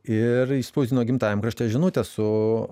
ir išspausdino gimtajam krašte žinutę su